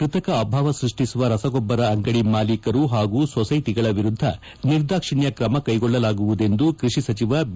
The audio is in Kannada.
ಕೃತಕ ಅಭಾವ ಸೃಷ್ಠಿಸುವ ರಸಗೊಬ್ಬರ ಅಂಗಡಿ ಮಾಲೀಕರು ಹಾಗೂ ಸೊಸೈಟಿಗಳ ವಿರುದ್ದ ನಿರ್ದಾಕ್ಷಿಣ್ಯ ಕ್ರಮ ಕೈಗೊಳ್ಳಲಾಗುವುದೆಂದು ಕೃಷಿ ಸಚಿವ ಬಿ